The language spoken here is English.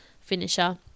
finisher